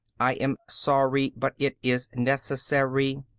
i am sorry, but it is necessary.